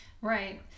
Right